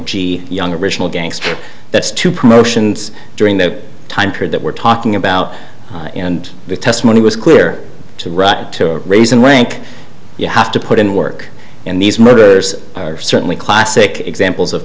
gee young original gangster that's two promotions during that time period that we're talking about and the testimony was clear to right to raise in rank you have to put in work and these murders are certainly classic examples of